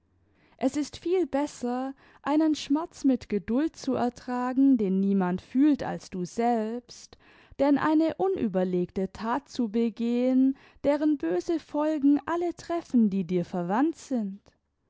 es ist viel besser einen schmerz mit geduld zu ertragen den niemand fühlt als du selbst denn eine unüberlegte that zu begehen deren böse folgen alle treffen die dir verwandt sind